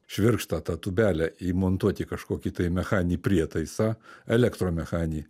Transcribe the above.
švirkštą tą tubelę įmontuot į kažkokį tai mechanį prietaisą elektromechanį